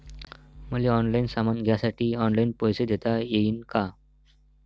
मले ऑनलाईन सामान घ्यासाठी ऑनलाईन पैसे देता येईन का?